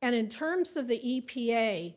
and in terms of the e